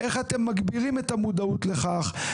איך אתם מגבירים את המודעות לכך?